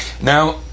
Now